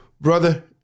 brother